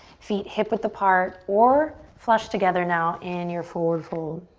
feet hip width apart, or flush together now in your forward fold.